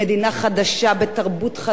עם קשיי שפה וכדומה.